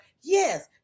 yes